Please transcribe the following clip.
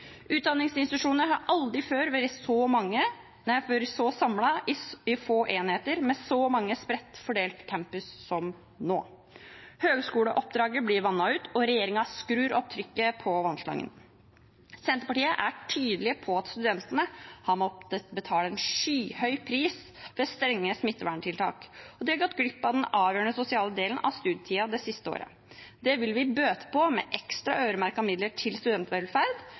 har aldri før vært så samlet i få enheter med så mange spredt fordelte campus som nå. Høyskoleoppdraget blir vannet ut, og regjeringen skrur opp trykket på vannslangen. Senterpartiet er tydelig på at studentene har måttet betale en skyhøy pris ved strenge smitteverntiltak. De har gått glipp av den avgjørende sosiale delen av studietiden det siste året. Det vil vi bøte på med ekstra øremerkede midler til studentvelferd,